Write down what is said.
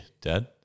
Dad